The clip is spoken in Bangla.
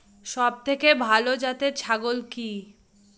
সবথেকে ভালো জাতের ছাগল কি?